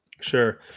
sure